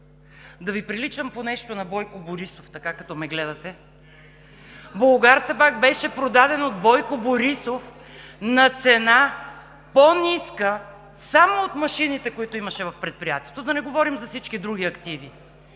Да Ви приличам по нещо на Бойко Борисов така, като ме гледате? „Булгартабак“ беше продаден от Бойко Борисов на цена, по-ниска само от машините, които имаше в предприятието, а да не говорим за всички други активи.